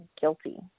guilty